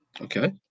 Okay